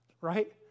Right